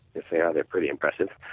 if they are they are pretty impressive.